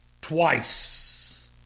twice